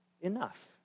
enough